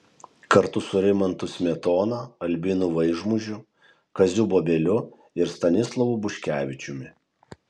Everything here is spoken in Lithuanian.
kartu su rimantu smetona albinu vaižmužiu kaziu bobeliu ir stanislovu buškevičiumi